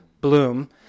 Bloom